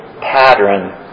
pattern